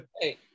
Hey